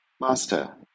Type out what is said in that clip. Master